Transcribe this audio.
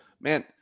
Man